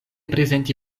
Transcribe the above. prezenti